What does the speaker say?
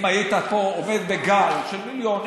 אם היית פה עומד בגל של מיליונים,